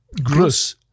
Grus